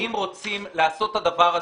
אם רוצים לעשות את הדבר הזה,